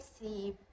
see